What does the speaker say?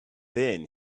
then